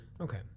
Okay